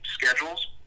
schedules